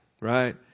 right